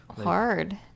hard